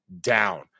down